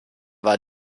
war